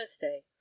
Thursday